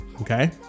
Okay